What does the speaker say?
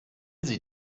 sie